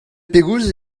pegoulz